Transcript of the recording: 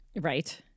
Right